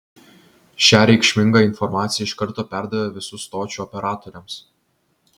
šią reikšmingą informaciją iš karto perdavė visų stočių operatoriams